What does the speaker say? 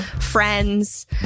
friends